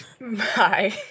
Bye